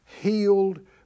healed